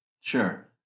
Sure